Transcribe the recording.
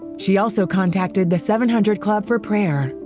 she also contacted the seven hundred club for prayer.